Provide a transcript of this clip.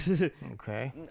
Okay